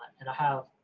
and i have,